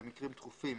במקרים דחופים,